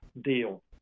deal